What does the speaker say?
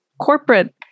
corporate